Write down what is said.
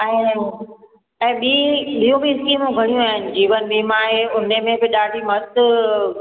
ऐं ॿी ॿियूं बि स्कीमूं घणियूं आहिनि जीवन बीमा आहे उनमे बि ॾाढी मस्तु